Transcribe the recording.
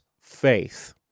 faith